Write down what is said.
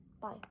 Bye